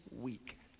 week